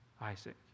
Isaac